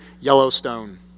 Yellowstone